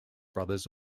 brothers